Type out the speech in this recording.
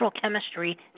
chemistry